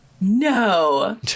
No